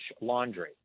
Laundry